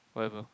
whatever